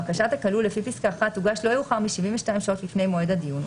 (4) בקשת הכלוא לפי פסקה (1) תוגש לא יאוחר מ-72 שעות לפני מועד הדיון,